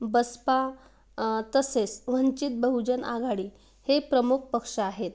बसपा तसेच वंचित बहुजन आघाडी हे प्रमुख पक्ष आहे